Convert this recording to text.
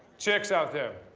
chicks out there,